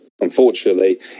Unfortunately